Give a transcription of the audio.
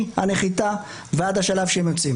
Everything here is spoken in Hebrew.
מהנחיתה ועד השלב שהם יוצאים